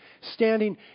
standing